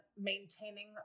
maintaining